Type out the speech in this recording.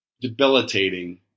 debilitating